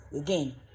again